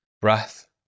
breath